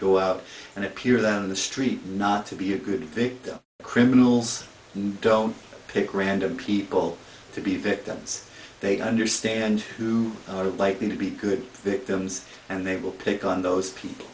go out and appear that on the street not to be a good victim of criminals and don't pick random people to be victims they understand who are likely to be good victims and they will pick on those people